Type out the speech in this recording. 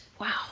Wow